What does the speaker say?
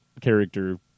character